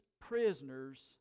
prisoners